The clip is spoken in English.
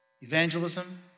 Evangelism